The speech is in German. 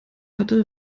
hatte